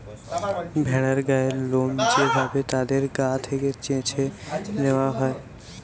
ভেড়ার গায়ের লোম যে ভাবে তাদের গা থেকে চেছে নেওয়া হয়